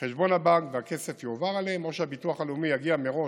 הבנק והכסף יועבר אליהם או שהביטוח הלאומי יגיע מראש,